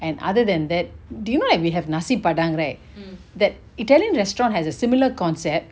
and other than that do you know like we have nasi padang right that italian restaurant has a similar concept